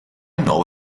know